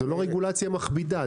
זו לא רגולציה מכבידה.